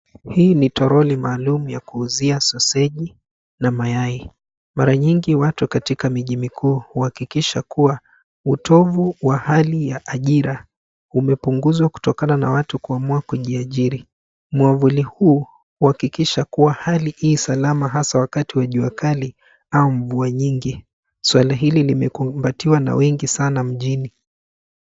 Hii ni toroli maalum ya kuuzia soseji na mayai. Mara nyingi watu katika miji mikuu huhakikisha kuwa utovu wa hali ya ajira umepunguzwa kotokana na watu kuamua kujiajiri. Mwavuli huu huhakikisha kuwa hali isalama hasa wakati wa jua kali au mvua nyingi. Swala hili limekumbatiwa sana na wengi mjini.